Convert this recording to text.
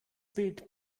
bild